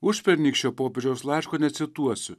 užpernykščio popiežiaus laiško necituosiu